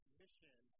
mission